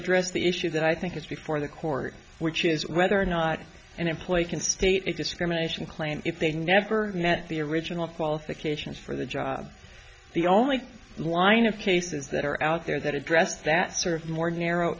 address the issue that i think is before the court which is whether or not an employee can state a discrimination claim if they never met the original qualifications for the job the only line of cases that are out there that address that sort of more narrow